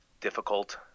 difficult